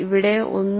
ഇവിടെ 1